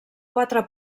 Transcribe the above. quatre